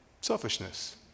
selfishness